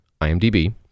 IMDb